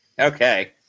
Okay